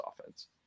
offense